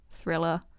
thriller